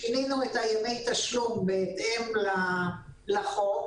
שינינו את ימי התשלום בהתאם לחוק.